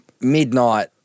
midnight